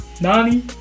Nani